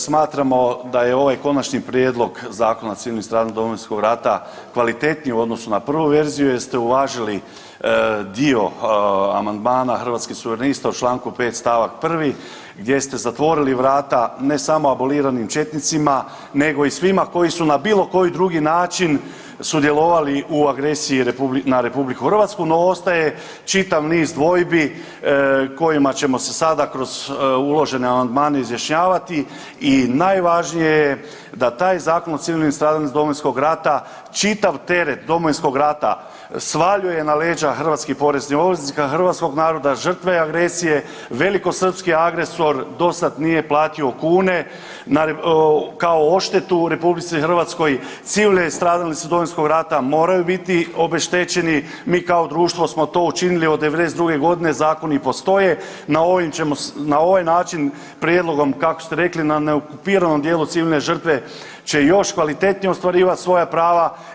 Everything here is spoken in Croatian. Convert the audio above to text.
Smatramo da je ovaj Konačni prijedlog Zakona o civilnim stradalnicima Domovinskog rata kvalitetniji u odnosu na prvu verziju jer ste uvažili dio amandmana Hrvatskih suverenista u čl. 5 st. 1. gdje ste zatvorili vrata ne samo aboliranim četnicima nego i svima koji su na bilo koji drugi način sudjelovali u agresiji na RH, no ostaje čitav niz dvojbi kojima ćemo se sada kroz uložene amandmane izjašnjavati i najvažnije je da taj Zakon o civilnim stradalnicima Domovinskog rata čitav teret Domovinskog rata svaljuje na leđa hrvatskih poreznih obveznika, hrvatskog naroda, žrtve agresije, velikosrpski agresor dosad nije platio kune, kao odštetu RH, civilne stradalnici Domovinskog rata moraju biti obeštećeni, mi kao društvo smo to učinili od '92. g., zakoni postoje, na ovaj način prijedlogom, kako ste rekli, na neokupiranom dijelu, civilne žrtve će još kvalitetnije ostvarivati svoja prava.